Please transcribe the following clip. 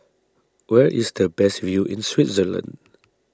where is the best view in Switzerland